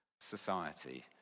society